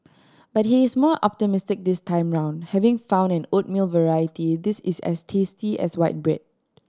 but he is more optimistic this time round having found an oatmeal variety this is as tasty as white bread